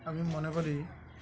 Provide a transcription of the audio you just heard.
আমি মনে করি